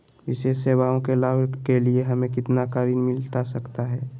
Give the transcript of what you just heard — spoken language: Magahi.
विशेष सेवाओं के लाभ के लिए हमें कितना का ऋण मिलता सकता है?